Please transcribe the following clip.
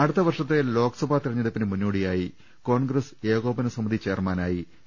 അടുത്ത വർഷത്തെ ലോക്സഭാ തെരഞ്ഞെടുപ്പിന് മുന്നോ ടിയായി കോൺഗ്രസ് ഏകോപന സമിതി ചെയർമാനായി എ